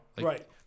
Right